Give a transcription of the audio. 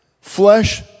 Flesh